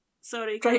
Sorry